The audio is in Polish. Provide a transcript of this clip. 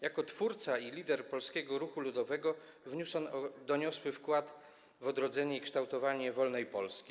Jako twórca i lider polskiego ruchu ludowego wniósł on doniosły wkład w odrodzenie i kształtowanie wolnej polski.